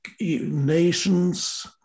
nations